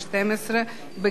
בקריאה ראשונה.